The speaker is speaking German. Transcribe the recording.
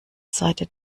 seite